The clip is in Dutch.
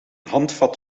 handvat